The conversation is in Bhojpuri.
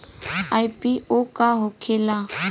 आई.पी.ओ का होखेला?